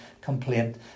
complaint